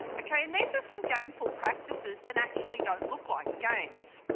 okay, and these are some gameful practices that actually don't look like games.